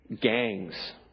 gangs